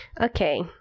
okay